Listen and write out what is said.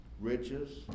Riches